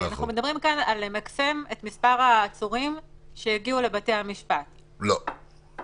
אני רוצה מכתב של הנהלת בתי המשפט שלאור בקשת הוועדה או החלטות הוועדה,